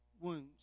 wounds